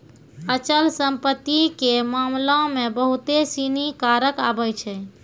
अचल संपत्ति के मामला मे बहुते सिनी कारक आबै छै